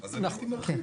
אז להרחיב.